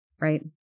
Right